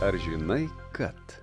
ar žinai kad